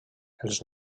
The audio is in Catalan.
els